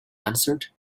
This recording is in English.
answered